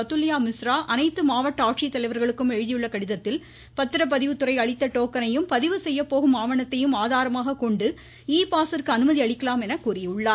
அதுல்யா மிஸ்ரா அனைத்து மாவட்ட ஆட்சித்தலைவர்களுக்கும் எழுதியுள்ள கடிதத்தில் பத்திரப்பதிவு துறை அளித்த டோக்கனையும் பதிவு செய்ய போகும் ஆவணத்தையும் ஆதாரமாக கொண்டு இ பாஸிற்கு அனுமதி அளிக்கலாம் என கூறியுள்ளார்